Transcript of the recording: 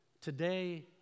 Today